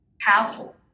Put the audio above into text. powerful